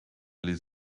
les